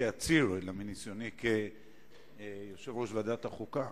מניסיוני כיושב-ראש ועדת החוקה